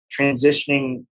transitioning